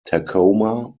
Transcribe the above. tacoma